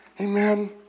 Amen